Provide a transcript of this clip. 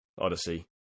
Odyssey